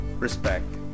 respect